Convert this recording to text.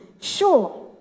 Sure